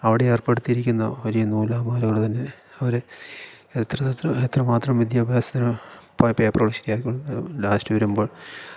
അവിടെ ഏർപ്പെടുത്തിയിരിക്കുന്ന ഒരു നൂലാമാലകൾ തന്നെ അവർ എത്രയെത്ര എത്ര മാത്രം വിദ്യാഭ്യാസത്തിന് പോയ പേപ്പറവിടെ ശരിയാക്കി കൊണ്ടുവന്ന് ലാസ്റ്റ് വരുമ്പോൾ